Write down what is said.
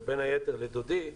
ובין היתר לדודי,